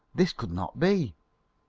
this could not be.